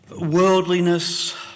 Worldliness